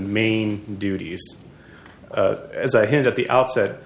main duties as i hinted at the outset